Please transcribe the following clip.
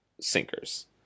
sinkers